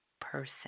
Person